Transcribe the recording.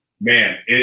Man